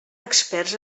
experts